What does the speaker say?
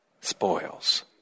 spoils